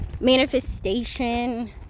manifestation